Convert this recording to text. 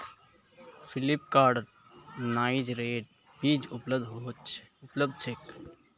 फ्लिपकार्टत नाइजरेर बीज उपलब्ध छेक